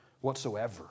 Whatsoever